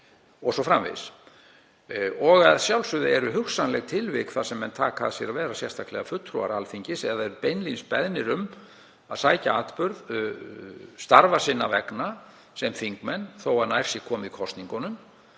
o.s.frv. Að sjálfsögðu eru hugsanleg tilvik þar sem menn taka að sér að vera sérstaklega fulltrúar Alþingis eða eru beinlínis beðnir um að sækja atburð starfa sinna vegna sem þingmenn þó að nær sé komið í kosningunum